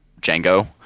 Django